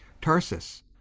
Tarsus